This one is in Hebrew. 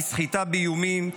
היא סחיטה באיומים,